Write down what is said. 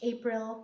April